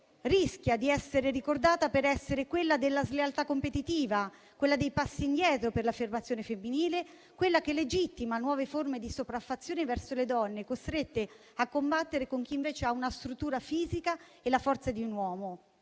invece di essere ricordate per essere quelle della slealtà competitiva, dei passi indietro per l'affermazione femminile; quelle che legittimano nuove forme di sopraffazione verso le donne, costrette a combattere con chi invece ha una struttura fisica e la forza di un uomo.